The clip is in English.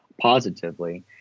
positively